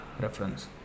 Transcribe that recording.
reference